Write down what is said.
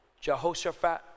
Jehoshaphat